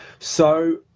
so,